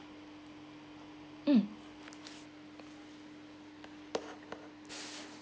mm